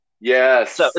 Yes